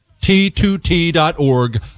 T2T.org